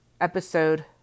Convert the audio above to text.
episode